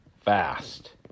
fast